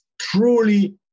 truly